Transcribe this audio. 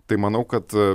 tai manau kad